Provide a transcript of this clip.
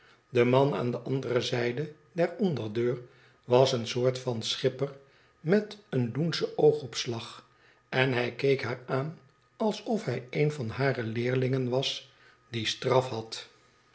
de man aan de andere zijde der onderdeur was een soort van schipper meteen loenschen oogopslag en hij keek haar aan alsof hij een van hare leerlmgen was die straf had